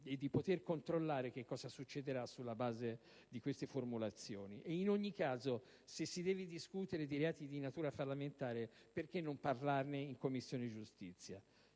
e di poter controllare che cosa succederà sulla base di queste formulazioni. In ogni caso, se si deve discutere di reati di natura fallimentare, perché non parlarne in Commissione giustizia?